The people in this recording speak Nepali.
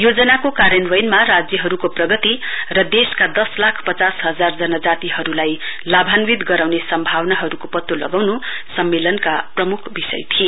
योजनाको कार्यान्वयनमा राज्यहरुको प्रगति र देशका दशलाख पचास हजार जनजातिहरुलाई लाभान्वित गराउने सम्भावनाहरुको पत्तो लगाउनु सम्मेलनका प्रमुख विषय थिए